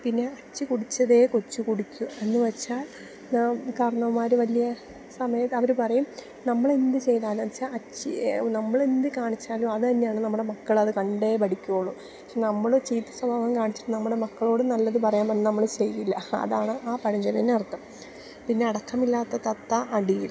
പിന്നെ അച്ചി കുടിച്ചതേ കൊച്ച് കുടിക്കൂ എന്ന് വെച്ചാൽ കാർണവന്മാർ വലിയ സമയത്ത് അവർ പറയും നമ്മൾ എന്ത് ചെയ്താലും ന്ന്ച്ചാ അച്ചി നമ്മൾ എന്ത് കാണിച്ചാലും അത് തന്നെയാണ് നമ്മുടെ മക്കൾ അത് കണ്ടേ പഠിക്കൂള്ളൂ പക്ഷേ നമ്മൾ ചീത്ത സ്വഭാവം കാണിച്ചിട്ട് നമ്മുടെ മക്കളോട് നല്ലത് പറയാൻ പറഞ്ഞാൽ നമ്മൾ ചെയ്യില്ല അതാണ് ആ പഴഞ്ചൊല്ലിന് അർഥം പിന്നെ അടക്കമില്ലാത്ത തത്ത അടിയും